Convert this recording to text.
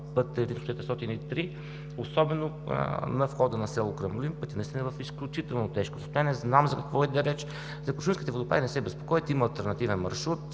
път III-403, особено на входа на село Крамолин. Пътят е в изключително тежко състояние. Знам за какво иде реч. За „Крушунските водопади“ не се безпокойте, има алтернативен маршрут